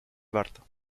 warto